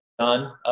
done